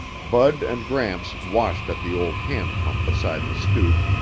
bud and gramps washed at the old hand pump beside the stoop,